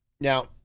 Now